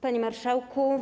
Panie Marszałku!